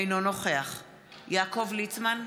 אינו נוכח יעקב ליצמן,